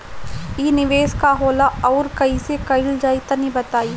इ निवेस का होला अउर कइसे कइल जाई तनि बताईं?